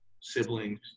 siblings